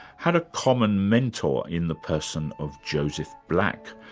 had a common mentor in the person of joseph black,